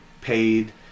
paid